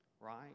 right